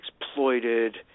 exploited